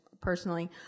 personally